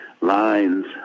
lines